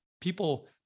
people